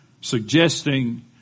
Suggesting